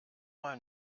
mal